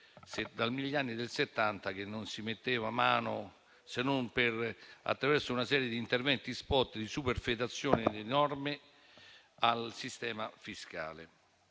era dagli anni Settanta che non si metteva a mano, se non attraverso una serie di interventi *spot* di superfetazione di norme, al sistema fiscale.